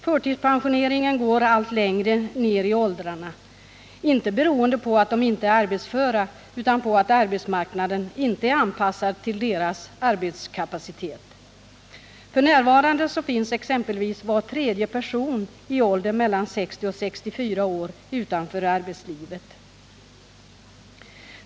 Förtidspensioneringen går allt längre ner i åldrarna, inte beroende på att dessa människor inte är arbetsföra utan på att arbetsmarknaden inte är anpassad till deras arbetskapacitet. F.n. finns var tredje person i åldern mellan 60 och 64 år utanför arbetslivet.